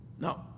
no